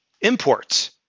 Imports